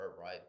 right